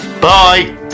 bye